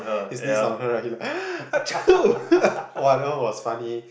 he sneezed on her right ah choo !wah! that one was funny